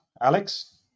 Alex